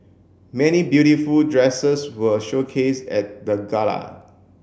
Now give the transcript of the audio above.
many beautiful dresses were showcased at the gala